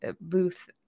booth